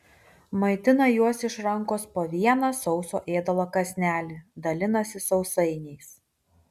maitina juos iš rankos po vieną sauso ėdalo kąsnelį dalinasi sausainiais